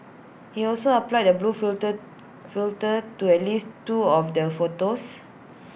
he also applied A blue filter filter to at least two of their photos